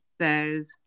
says